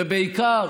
ובעיקר,